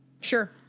Sure